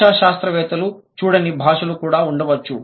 భాషా శాస్త్రవేత్తలు చూడని భాషలు కూడా ఉండవచ్చు